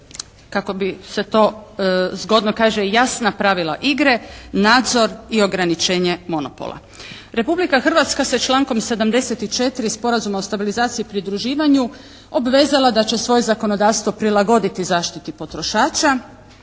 kako bi se to zgodno kaže, jasna pravila igre, nadzor i ograničenje monopola. Republika Hrvatska se člankom 74. Sporazuma o stabilizaciji i pridruživanju obvezala da će svoje zakonodavstvo prilagoditi zaštiti potrošača